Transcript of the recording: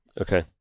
Okay